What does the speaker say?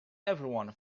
everyone